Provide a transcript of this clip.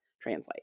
translate